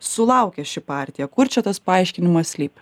sulaukė ši partija kur čia tas paaiškinimas slypi